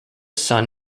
sun